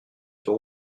yeux